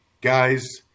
guys